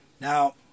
Now